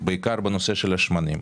בעיקר בנושא של השמנים.